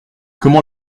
comment